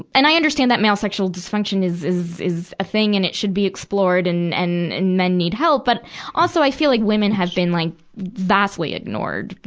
and i understand that male sexual dysfunction is, is, is a thing, and it should be explored and, and, and men need help. but also, i feel like women have been like vastly ignored.